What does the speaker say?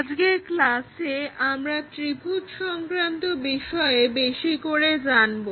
আজকের ক্লাসে আমরা ত্রিভুজ সংক্রান্ত বিষয়ে বেশি করে জানবো